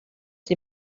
sie